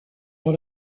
dans